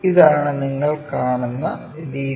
ഇതാണ് നിങ്ങൾ കാണുന്ന രീതി